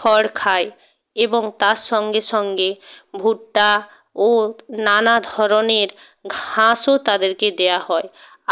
খড় খায় এবং তার সঙ্গে সঙ্গে ভুট্টা ও নানা ধরনের ঘাসও তাদেরেকে দেওয়া হয়